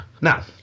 Now